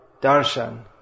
darshan